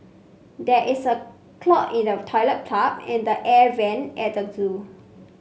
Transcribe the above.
there is a clog in the toilet pipe and the air vent at the zoo